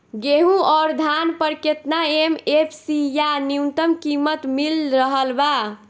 गेहूं अउर धान पर केतना एम.एफ.सी या न्यूनतम कीमत मिल रहल बा?